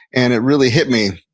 and it really hit me,